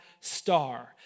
star